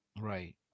Right